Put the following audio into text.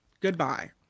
Goodbye